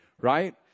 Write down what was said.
right